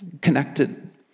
connected